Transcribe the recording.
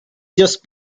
just